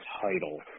title